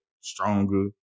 stronger